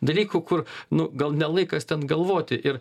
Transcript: dalykų kur nu gal ne laikas ten galvoti ir